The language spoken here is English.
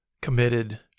committed